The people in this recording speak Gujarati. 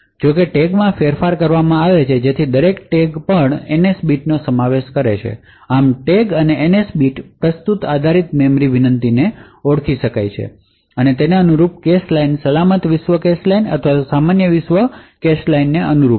જો કે ટેગમાં ફેરફાર કરવામાં આવે છે જેથી દરેક ટેગ પણ એનએસ બીટનો સમાવેશ કરે છે આમ ટેગ અને એનએસ બીટ પ્રસ્તુત આધારીત મેમરી વિનંતીને ઓળખી શકાય છે કે શું અનુરૂપ કેશ લાઇન સલામત વિશ્વ કેશ લાઇન અથવા સામાન્ય વિશ્વ કેશ લાઇનને અનુરૂપ છે